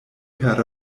per